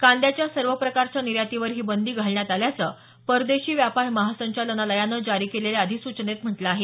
कांद्याच्या सर्व प्रकाराच्या निर्यातीवर ही बंदी घालण्यात आल्याचं परदेशी व्यापार महासंचालनालयानं जारी केलेल्या अधिसूचनेत म्हटल आहे